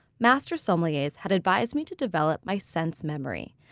master sommeliers had advised me to develop my sense memory.